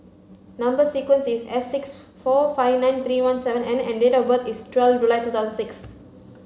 number sequence is S six four five nine three one seven N and date of birth is twelve July two thousand six